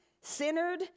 centered